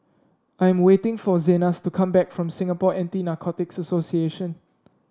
I am waiting for Zenas to come back from Singapore Anti Narcotics Association